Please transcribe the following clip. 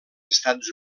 estats